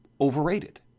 overrated